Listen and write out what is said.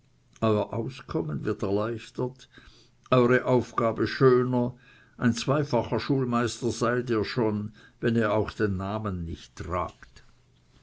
auskommen wird erleichtert eure aufgabe schöner ein zweifacher schulmeister seid ihr wenn ihr auch den namen nicht tragt